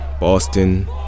Boston